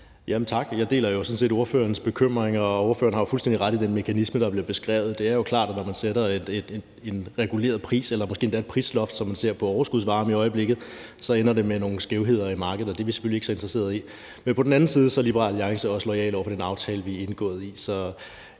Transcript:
Tak. Jeg deler sådan set ordførerens bekymringer. Ordføreren har jo fuldstændig ret i beskrivelsen af den mekanisme. Det er jo klart, at når man sætter en reguleret pris eller måske endda et prisloft, som man ser det på overskudsvarme i øjeblikket, ender det med nogle skævheder i markedet, og det er vi selvfølgelig ikke så interesseret i. Men på den anden side er Liberal Alliance også loyale over for den aftale, vi har indgået.